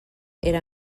era